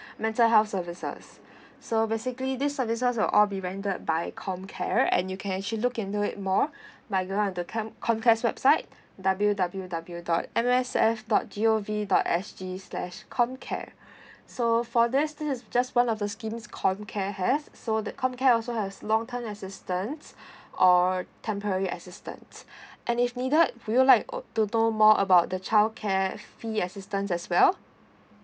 mental health services so basically this services will all be rendered by comcare and you can actually look into it more like go to the com~ comcare website W_W_W dot M S F dot G_O_V dot S_G slash comcare so for this this is just one of the scheme comcare have so the comcare also has long term assistance or temporary assistant and if needed will you like uh to know more about the childcare fee assistance as well